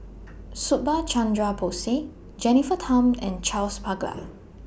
Subhas Chandra Bose Jennifer Tham and Charles Paglar